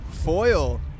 Foil